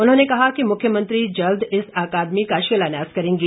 उन्होंने कहा कि मुख्यमंत्री जल्द इस अकादमी का शिलान्यास करेंगे